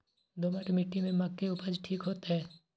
दोमट मिट्टी में मक्के उपज ठीक होते?